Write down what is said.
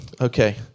Okay